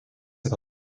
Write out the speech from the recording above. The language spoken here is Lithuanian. yra